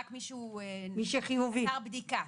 רק מי שעבר בדיקה.